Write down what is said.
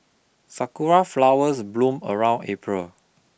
sakura flowers bloom around April